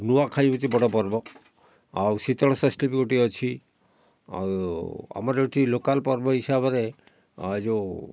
ନୂଆଁଖାଇ ହେଉଛି ଗୋଟେ ବଡ଼ ପର୍ବ ଆଉ ଶୀତଳ ଷଷ୍ଠୀ ବି ଗୋଟିଏ ଅଛି ଆଉ ଆମର ଏଠି ଲୋକାଲ ପର୍ବ ହିସାବରେ ଏ ଯେଉଁ